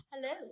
Hello